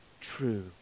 true